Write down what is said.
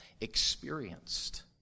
experienced